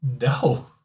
No